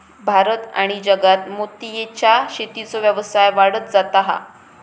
भारत आणि जगात मोतीयेच्या शेतीचो व्यवसाय वाढत जाता हा